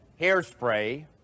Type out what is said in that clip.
hairspray